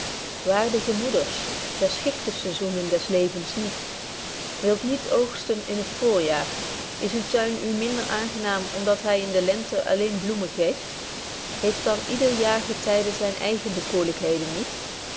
waardige moeders verschikt de saisoenen des levens niet wilt niet oogsten in het voorjaar is uw tuin u minder aangenaam om dat hy in de lente alleen bloemen geeft heeft dan ieder jaargetyde zyne eigen bekoorlykheden niet